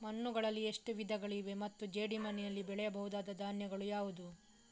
ಮಣ್ಣುಗಳಲ್ಲಿ ಎಷ್ಟು ವಿಧಗಳಿವೆ ಮತ್ತು ಜೇಡಿಮಣ್ಣಿನಲ್ಲಿ ಬೆಳೆಯಬಹುದಾದ ಧಾನ್ಯಗಳು ಯಾವುದು?